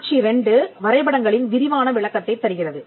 காட்சி 2 வரைபடங்களின் விரிவான விளக்கத்தைத் தருகிறது